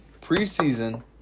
preseason